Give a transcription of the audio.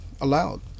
allowed